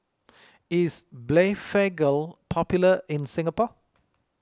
is Blephagel popular in Singapore